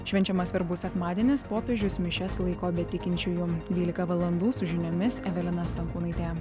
švenčiamas verbų sekmadienis popiežius mišias laiko be tikinčiųjų dvylika valandų su žiniomis evelina stankūnaitė